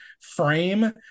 frame